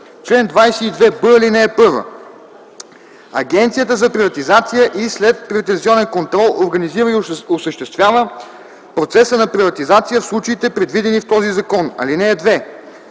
Чл. 22б. (1) Агенцията за приватизация и следприватизационен контрол организира и осъществява процеса на приватизация в случаите, предвидени в този закон. (2)